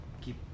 keep